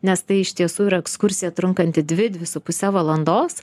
nes tai iš tiesų yra ekskursija trunkanti dvi dvi su puse valandos